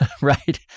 right